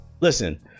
listen